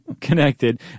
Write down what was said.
connected